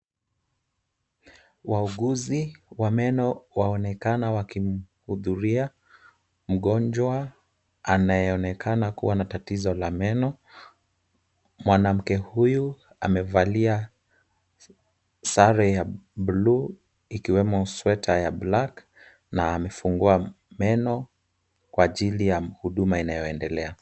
Wauguzi wa meno waonekana wakimhudhuria mgonjwa anayeonekana kuwa na tatizo la meno. Mwanamke huyu amevalia sare ya buluu, ikiwemo sweta ya black na amefungua meno kwa ajili ya huduma inayoendelea.